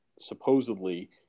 supposedly